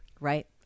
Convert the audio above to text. Right